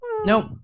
Nope